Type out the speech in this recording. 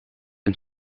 een